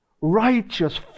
Righteous